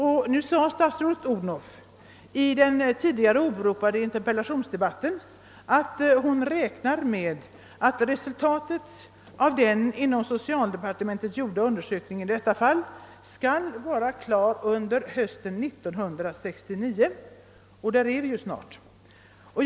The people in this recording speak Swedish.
Statsrådet Odhnoff framhöll i den tidigare åberopade interpellationsdebatten, att hon räknar med att resultatet av den i detta fall inom socialdepartementet gjorda undersökningen skall föreligga under hösten 1969, och där är vi ju snart.